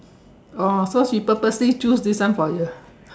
oh so she purposely choose this one for you lah